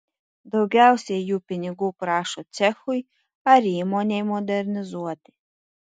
daugiausiai jų pinigų prašo cechui ar įmonei modernizuoti